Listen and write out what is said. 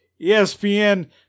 ESPN